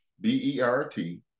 B-E-R-T